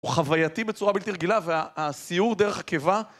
הוא חווייתי בצורה בלתי רגילה והסיור דרך הקיבה